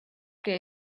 que